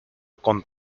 con